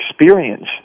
experience